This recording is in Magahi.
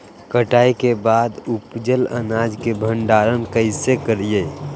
कटाई के बाद उपजल अनाज के भंडारण कइसे करियई?